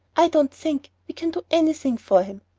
i don't think we can do anything for him.